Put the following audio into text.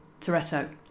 Toretto